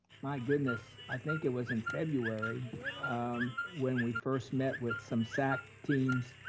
my goodness, i think it was in february when we first met with some sac teams.